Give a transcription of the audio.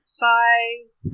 size